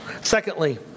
Secondly